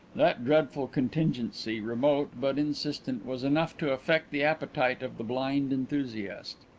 that dreadful contingency, remote but insistent, was enough to affect the appetite of the blind enthusiast.